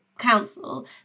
council